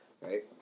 Right